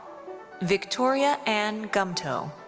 victoria anne gumtow.